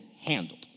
handled